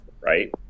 right